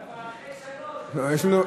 אתה אחרי 15:00, ניצן.